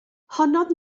honnodd